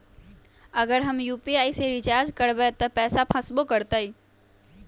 अगर हम यू.पी.आई से रिचार्ज करबै त पैसा फसबो करतई?